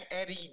Eddie